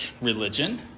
religion